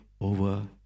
over